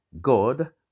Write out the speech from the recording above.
God